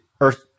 earth